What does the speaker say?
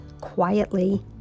quietly